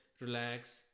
Relax